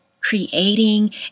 creating